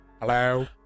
Hello